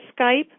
Skype